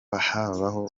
habaho